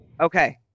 Okay